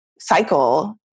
cycle